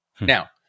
Now